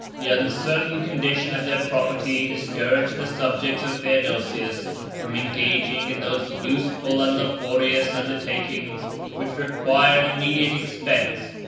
the uncertain condition of their property discouraged the subjects of theodosius from engaging in those useful and laborious undertakings which require an immediate expense,